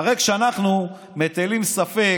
הרי כשאנחנו מטילים ספק,